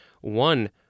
One